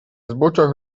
zboczach